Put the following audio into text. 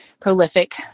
prolific